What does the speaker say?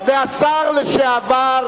לא כל דבר אפשר להגיד על